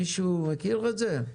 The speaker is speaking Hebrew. מישהו מכיר את זה?